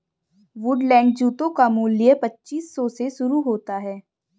Woodland जूतों का मूल्य पच्चीस सौ से शुरू होता है